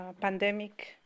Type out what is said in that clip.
pandemic